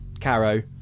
Caro